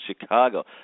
Chicago